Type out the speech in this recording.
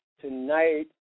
Tonight